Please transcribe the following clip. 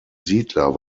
siedler